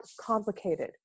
complicated